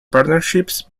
partnerships